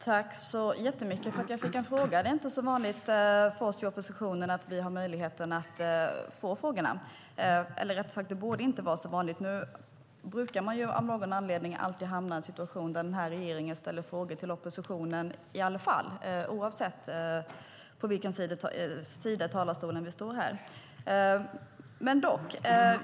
Herr talman! Tack för att jag fick en fråga! Det är inte så vanligt för oss i oppositionen att få frågor, eller rättare sagt borde det inte vara så vanligt. Nu brukar man av någon anledning alltid hamna i en situation att företrädare för regeringspartierna ställer frågor till oppositionen i alla fall, oavsett på vilken sida vi står här.